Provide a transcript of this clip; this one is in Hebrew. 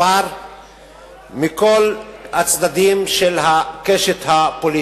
מכל הצדדים של הקשת הפוליטית.